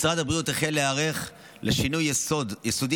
משרד הבריאות החל להיערך לשינוי יסודי